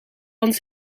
want